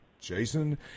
Jason